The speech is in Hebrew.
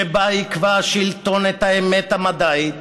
שבה יקבע השלטון את האמת המדעית,